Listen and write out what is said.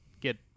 get